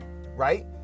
Right